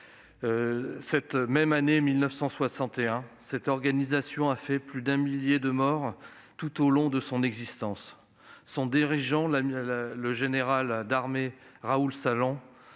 cette même année 1961. Elle a fait plus d'un millier de morts tout au long de son existence. Son dirigeant, le général d'armée Raoul Salan,